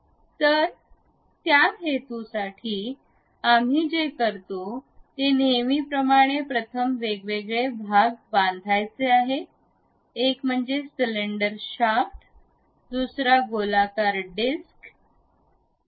तर त्या हेतूसाठी आम्ही जे करतो ते नेहमीप्रमाणेच प्रथम वेगवेगळे भाग बांधायचे आहेत एक म्हणजे सिलिंडर शाफ्ट दुसरा एक गोलाकार डिस्क आहे